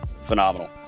phenomenal